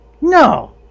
No